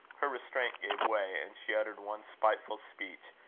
her restraint gave way, and she uttered one spiteful speech,